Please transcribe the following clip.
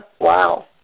wow